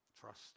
Trust